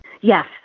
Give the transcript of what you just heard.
Yes